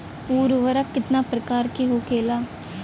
उर्वरक कितना प्रकार के होखेला?